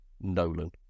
nolan